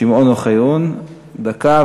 שמעון אוחיון לדקה,